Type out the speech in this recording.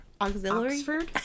Auxiliary